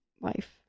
life